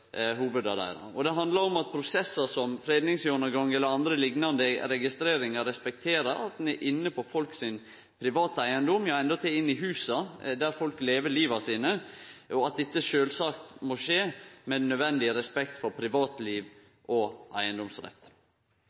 og ikkje blir trykte nedover hovuda deira. Det handlar om at prosessar som fredingsgjennomgang eller andre liknande registreringar respekterer at ein er inne på folk sin private eigedom – ja endåtil inni husa der folk lever liva sine – og at dette sjølvsagt må skje med den nødvendige respekt for privatliv og eigedomsrett.